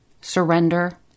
surrender